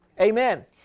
amen